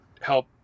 help